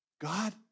God